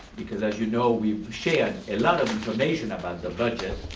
because as you know, we've shared a lot of information about the budget